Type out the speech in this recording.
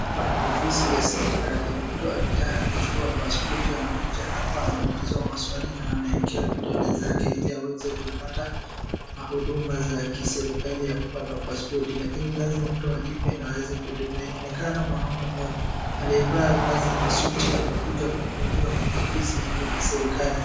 Hapa ni ofisi ya serikali. Mtu akitaka kuchukua paspoti anakuja hapa anaulizwa maswali na anaekewa vidole zake ili aweze kupata huduma za kiserikali ya kupata paspoti. Lakini lazima mtu alipe ndo aweze kuhudumiwa. Inaonekana mwanaume mmoja aliyevaa vazi la suti amekuja kuhudumiwa kwenye ofisi hili la serikali.